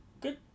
good